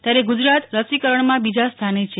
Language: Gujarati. ત્યારે ગુજરાત રસીકરણમાં બીજા સ્થાને છે